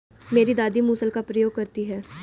मेरी दादी मूसल का प्रयोग करती हैं